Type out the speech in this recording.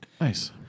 Nice